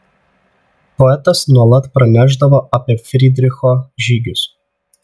poetas nuolat pranešdavo apie frydricho žygius